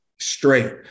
straight